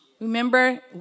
Remember